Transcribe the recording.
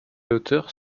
auteurs